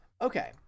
Okay